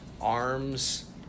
arms